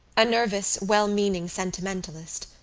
a nervous, well-meaning sentimentalist,